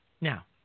Now